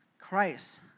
Christ